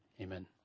Amen